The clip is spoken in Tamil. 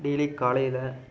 டெய்லி காலையில்